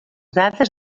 dades